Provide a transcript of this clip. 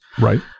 Right